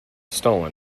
stolen